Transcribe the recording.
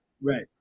Right